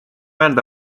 öelda